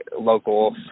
local